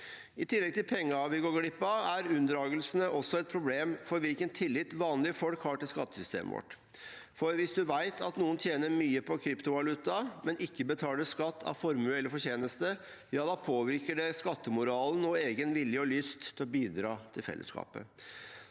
I tillegg til pengene vi går glipp av, er unndragelsene også et problem for hvilken tillit vanlige folk har til skattesystemet vårt. Hvis man vet at noen tjener mye på kryptovaluta, men ikke betaler skatt av formue eller fortjeneste, påvirker det skattemoralen og ens egen vilje og lyst til å bidra til fellesskapet.